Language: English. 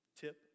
tip